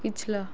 ਪਿਛਲਾ